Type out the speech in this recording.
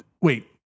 Wait